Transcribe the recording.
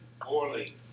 poorly